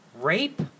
Rape